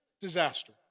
Disaster